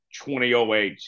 2008